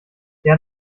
her